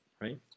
right